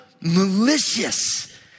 malicious